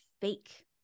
fake